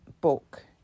book